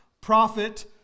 prophet